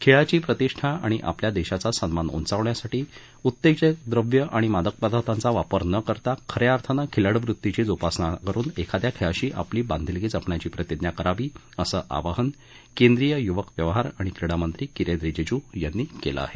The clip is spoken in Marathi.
खेळाची प्रतिष्ठा आणि आपल्या देशाचा सन्मान उंचावण्यासाठी उत्तेजक द्रव्य आणि मादक पदार्थांचा वापर न करता खऱ्या अर्थानं खिलाड्रवृत्तीची जोपासना करून एखाद्या खेळाशी आपली बांधिलकी जपण्याची प्रतिज्ञा करावी असं आवाहन केंद्रीय युवक व्यवहार आणि क्रीडामंत्री किरेन रिजीजू यांनी केलं आहे